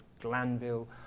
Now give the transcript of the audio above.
Glanville